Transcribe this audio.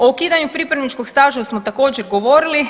O ukidanju pripravničkog staža smo također govorili.